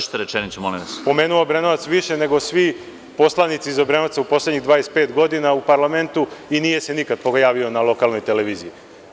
Više puta sam pomenuo Obrenovac nego svi poslanici iz Obrenovca u poslednjih 25 godina u parlamentu, i nije se nikada pojavio na lokalnoj televiziji.